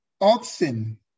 oxen